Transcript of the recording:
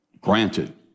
Granted